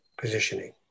positioning